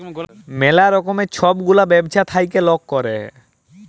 ম্যালা রকমের ছব গুলা ব্যবছা থ্যাইকে লক ক্যরে